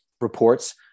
reports